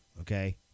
okay